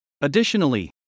Additionally